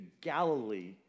Galilee